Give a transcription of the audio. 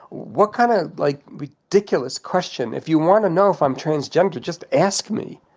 what kind of like ridiculous question. if you want to know if i'm transgender, just ask me.